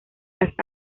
las